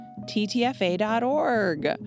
ttfa.org